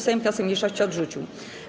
Sejm wniosek mniejszości odrzucił.